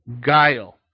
guile